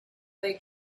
they